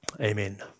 amen